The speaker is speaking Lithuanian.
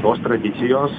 tos tradicijos